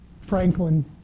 Franklin